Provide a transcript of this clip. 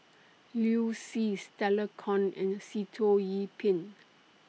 Liu Si Stella Kon and Sitoh Yih Pin